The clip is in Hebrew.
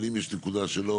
אבל אם יש נקודה שלא,